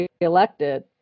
reelected